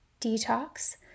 detox